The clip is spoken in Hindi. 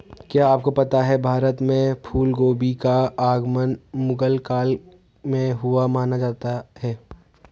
क्या आपको पता है भारत में फूलगोभी का आगमन मुगल काल में हुआ माना जाता है?